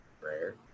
Rare